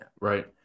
Right